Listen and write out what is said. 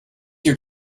your